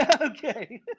okay